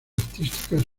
artísticas